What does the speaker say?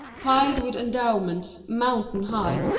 piled with endowments mountain high,